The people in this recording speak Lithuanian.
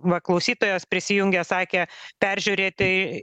va klausytojas prisijungęs sakė peržiūrėti